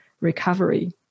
recovery